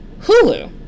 Hulu